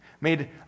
made